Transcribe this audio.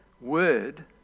word